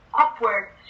upward